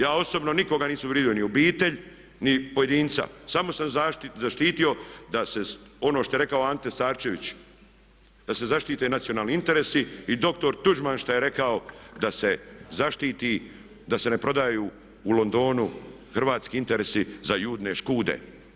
Ja osobno nikoga nisam uvrijedio, ni obitelj, ni pojedinca samo sam zaštitio da se ono što je rekao Ante Starčević da se zaštite nacionalni interesi i doktor Tuđman šta je rekao da se zaštiti, da se ne prodaju u Londonu hrvatski interesi za Judine škude.